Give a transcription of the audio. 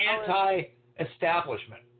anti-establishment